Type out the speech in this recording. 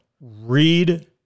Read